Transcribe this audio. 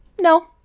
No